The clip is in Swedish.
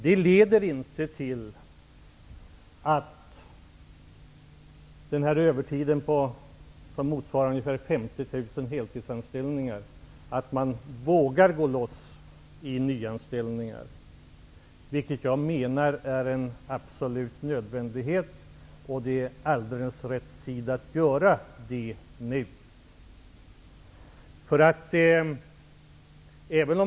Det leder inte till att man vågar göra nyanställningar då det gäller den övertid som motsvarar ungefär 50 000 heltidsanställningar. Jag menar att det är en absolut nödvändighet, och det är alldeles rätt tid att göra det nu.